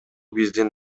биздин